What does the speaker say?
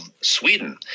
Sweden